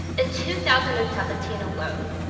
in two thousand and seventeen alone,